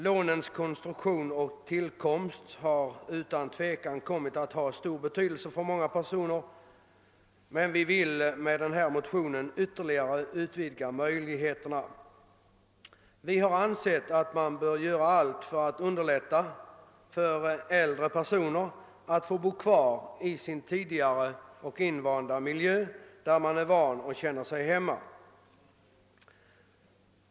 Lånens konstruktion och tillkomst har utan tvivel haft stor betydelse för många personer, men vi vill med denna motion ytterligare utöka lånemöjligheterna. Vi har ansett att allt bör göras för att underlätta för äldre personer att bo kvar i den miljö som man vant sig vid och där man känner sig hemmastadd.